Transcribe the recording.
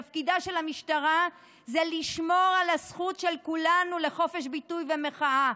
תפקידה של המשטרה זה לשמור על הזכות של כולנו לחופש ביטוי ומחאה,